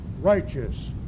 righteous